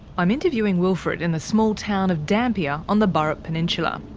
i'm interviewing wilfred in the small town of dampier, on the burrup peninsula.